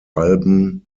alben